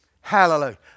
Hallelujah